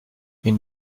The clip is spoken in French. une